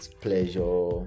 pleasure